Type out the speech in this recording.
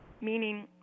meaning